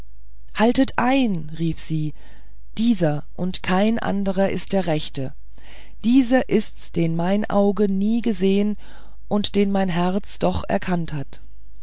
haltet ein rief sie dieser und kein anderer ist der rechte dieser ist's den meine augen nie gesehen und den mein herz doch gekannt hat